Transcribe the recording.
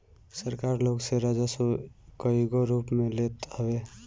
सरकार लोग से राजस्व कईगो रूप में लेत हवे